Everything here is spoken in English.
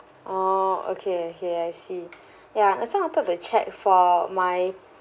oh okay okay I see ya I also wanted to check for my